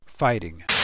Fighting